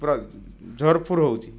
ପୂରା ଜୋର୍ ଫୋର୍ ହେଉଛି